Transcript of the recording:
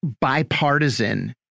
bipartisan